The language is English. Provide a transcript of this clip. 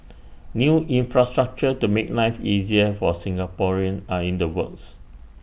new infrastructure to make life easier for Singaporeans are in the works